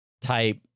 type